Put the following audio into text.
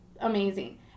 amazing